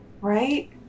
Right